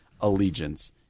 allegiance